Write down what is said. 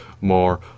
more